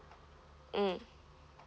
mm